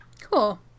Cool